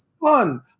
fun